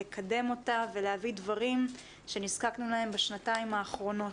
לקדם אותה ולהביא דברים שנזקקנו להם בשנתיים האחרונות.